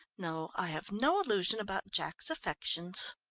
no, i have no illusion about jack's affections.